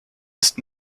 ist